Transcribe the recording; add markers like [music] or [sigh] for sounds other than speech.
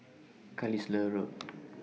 Carlisle Road [noise]